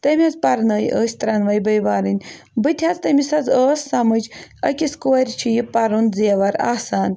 تٔمۍ حظ پرنٲے ٲسۍ ترٛنوٕے بٔے بارٕنۍ بٕتہِ حظ تٔمِس حظ ٲس سمٕجھ أکِس کورِ چھِ یہِ پَرُن زیور آسان